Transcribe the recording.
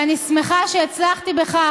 אני שמחה שהצלחתי בכך,